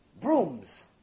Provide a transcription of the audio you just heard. brooms